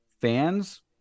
fans